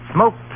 Smoke